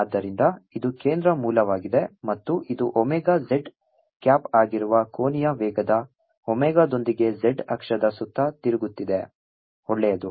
ಆದ್ದರಿಂದ ಇದು ಕೇಂದ್ರ ಮೂಲವಾಗಿದೆ ಮತ್ತು ಇದು ಒಮೆಗಾ z ಕ್ಯಾಪ್ ಆಗಿರುವ ಕೋನೀಯ ವೇಗದ ಒಮೆಗಾದೊಂದಿಗೆ z ಅಕ್ಷದ ಸುತ್ತ ತಿರುಗುತ್ತಿದೆ ಒಳ್ಳೆಯದು